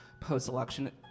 post-election